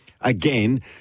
Again